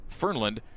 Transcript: Fernland